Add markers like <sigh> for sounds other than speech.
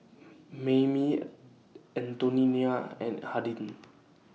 Mamie <hesitation> Antonina and Hardin